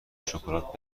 شکلات